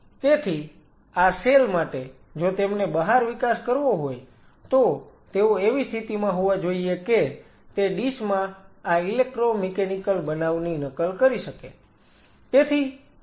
તેથી આ સેલ માટે જો તેમને બહાર વિકાસ કરવો હોય તો તેઓ એવી સ્થિતિમાં હોવા જોઈએ કે તે ડીશ માં આ ઈલેક્ટ્રોમિકેનિકલ બનાવની નકલ કરી શકે